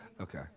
Okay